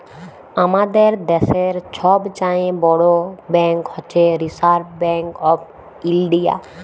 আমাদের দ্যাশের ছব চাঁয়ে বড় ব্যাংক হছে রিসার্ভ ব্যাংক অফ ইলডিয়া